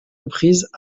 reprises